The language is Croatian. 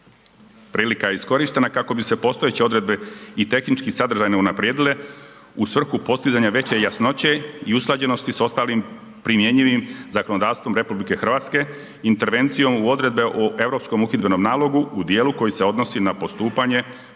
Prilika je iskorištena kako bi se postojeće odredbe i tehnički sadržaj unaprijedile, u svrhu postizanja veće jasnoće i usklađenosti s ostalim primjenjivim zakonodavstvom RH intervencijom u odredbe o Europskom uhidbenom nalogu u dijelu koji se odnosi na postupanje